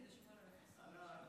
לילה טוב.